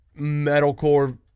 metalcore